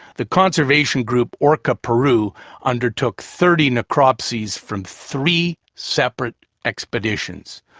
the conservation group orca peru undertook thirty necropsies from three separate expeditions.